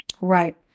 Right